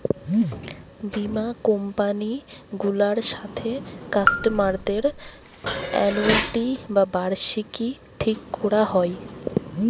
বীমা কোম্পানি গুলার সাথে কাস্টমারদের অ্যানুইটি বা বার্ষিকী ঠিক কোরা হয়